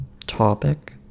topic